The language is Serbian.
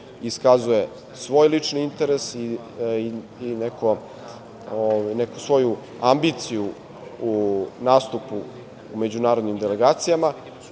iskazuje svoj lični interes i neku svoju ambiciju u nastupu u međunarodnim delegacijama.